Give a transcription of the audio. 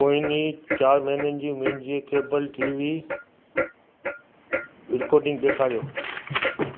पोयनि चारि महिननि जी मुंहिंजे केबल टी वी रिकॉर्डिंग ॾेखारियो